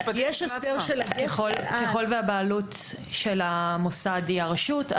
ככל והבעלות של המוסד היא הרשות,